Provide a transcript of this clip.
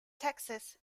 texas